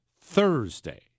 Thursday